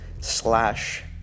slash